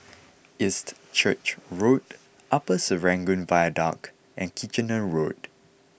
East Church Road Upper Serangoon Viaduct and Kitchener Road